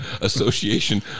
Association